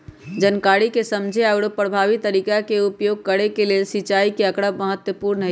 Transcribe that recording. जनकारी के समझे आउरो परभावी तरीका के उपयोग करे के लेल सिंचाई के आकड़ा महत्पूर्ण हई